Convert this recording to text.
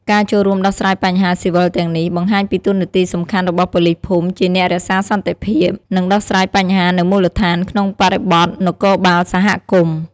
ការចូលរួមដោះស្រាយបញ្ហាស៊ីវិលទាំងនេះ បង្ហាញពីតួនាទីសំខាន់របស់ប៉ូលីសភូមិជាអ្នករក្សាសន្តិភាព និងដោះស្រាយបញ្ហានៅមូលដ្ឋាន ក្នុងបរិបទនគរបាលសហគមន៍។